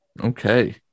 okay